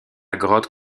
grotte